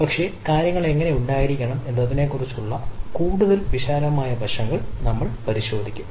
പക്ഷേ കാര്യങ്ങൾ എങ്ങനെ ഉണ്ടായിരിക്കണം എന്നതിനെക്കുറിച്ചുള്ള കൂടുതൽ വിശാലമായ വശങ്ങൾ നമ്മൾ പരിശോധിക്കും